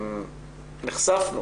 כבר יש סימולציות,